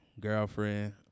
Girlfriend